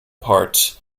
part